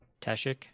tashik